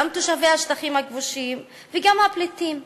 גם תושבי השטחים הכבושים וגם הפליטים.